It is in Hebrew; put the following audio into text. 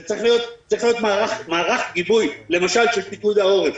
זה צריך להיות מערך גיבוי למשל של פיקוד העורף.